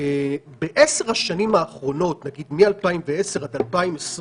בעבר הייתה ועדת משנה